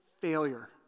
failure